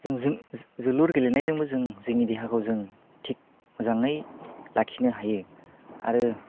जोंजों जोलुर गेलेनायजोंबो जों जोंनि देहाखौ जों थिक मोजाङा लाखिनो हायो आरो